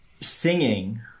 singing